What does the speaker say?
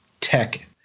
tech